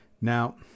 Now